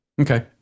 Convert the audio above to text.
Okay